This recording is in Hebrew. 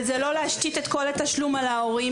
וזה לא להשתית את כל התשלום על ההורים.